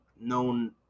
known